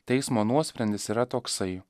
teismo nuosprendis yra toksai